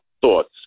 Thoughts